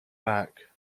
back